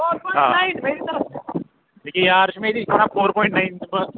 آ یہِ کیٛاہ یار چھُ مےٚ ییٚتی یہِ چھُ وَنان فور پۄینٛٹ نَیِن دِمہٕ بہٕ